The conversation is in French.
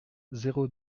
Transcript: zéro